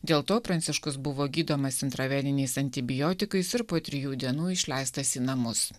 dėl to pranciškus buvo gydomas intraveniniais antibiotikais ir po trijų dienų išleistas į namus